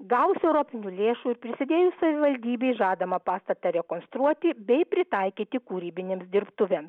gavus europinių lėšų ir prisidėjus savivaldybei žadama pastatą rekonstruoti bei pritaikyti kūrybinėms dirbtuvėms